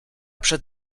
przed